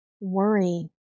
worry